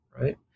right